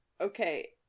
Okay